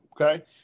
Okay